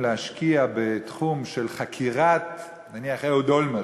להשקיע הרבה יותר כוחות ומשאבים בתחום של חקירת נניח אהוד אולמרט,